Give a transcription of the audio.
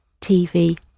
TV